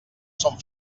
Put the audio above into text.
són